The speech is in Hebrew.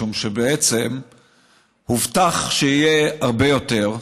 משום שבעצם הובטח שיהיה הרבה יותר,